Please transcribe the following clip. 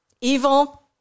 Evil